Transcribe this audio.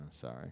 sorry